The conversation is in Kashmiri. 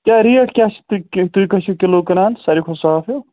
تہٕ ریٹ کیٛاہ چھِ تہٕ تُہۍ کٔہہِ چھُو کِلوٗ کٕنان ساروی کھۄتہٕ صاف ہیوٗ